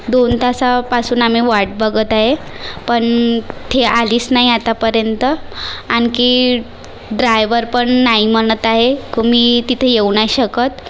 दोन तासापासून आम्ही वाट बघत आहे पण ते आलीच नाही आत्तापर्यंत आणखी ड्रायवर पण नाही म्हणत आहे की मी तिथं येऊ नाही शकत